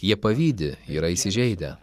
jie pavydi yra įsižeidę